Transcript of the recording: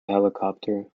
helicopter